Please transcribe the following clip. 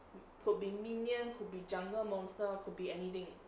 could be minion could be jungle monster could be anything